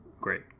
great